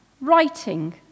writing